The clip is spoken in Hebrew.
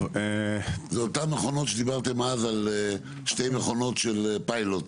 זה אותן מכונות שדיברתם אז על שתי מכונות של פיילוט,